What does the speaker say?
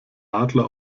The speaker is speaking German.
adler